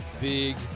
big